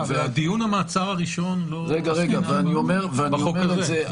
אבל דיון המעצר הראשון לא עסקינן בו בחוק הזה.